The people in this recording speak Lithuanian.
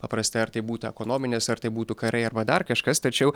paprastai ar tai būtų ekonominės ar tai būtų karai arba dar kažkas tačiau